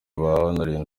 bahawe